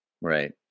Right